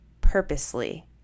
purposely